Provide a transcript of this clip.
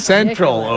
Central